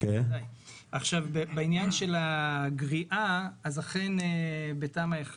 בעניין הגריעה, אכן בתמ"א 1